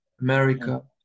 America